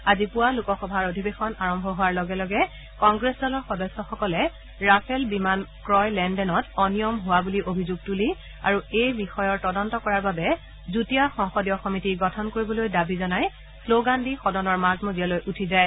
আজি পুৱা লোকসভাৰ অধিৱেশন আৰম্ভ হোৱাৰ লগে লগে কংগ্ৰেছ দলৰ সদস্যসকলে ৰাফেল বিমান ক্ৰয় লেন দেনত অনিয়মীয়া হোৱা বুলি অভিযোগ তুলি আৰু এই বিষয়ৰ তদন্ত কৰাৰ বাবে যুটীয়া সংসদীয় সমিতি গঠন কৰিবলৈ দাবী জনাই শ্ল'গান দি সদনৰ মাজ মজিয়ালৈ উঠি যায়